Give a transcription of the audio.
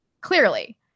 clearly